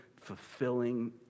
fulfilling